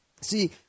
See